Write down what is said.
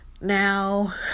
Now